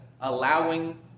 allowing